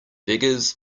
beggars